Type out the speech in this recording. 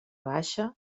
baixa